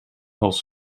als